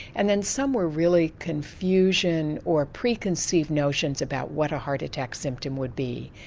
and then some were really confusion or preconceived notions about what a heart attack symptom would be.